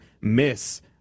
miss